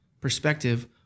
perspective